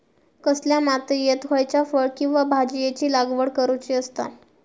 कसल्या मातीयेत खयच्या फळ किंवा भाजीयेंची लागवड करुची असता?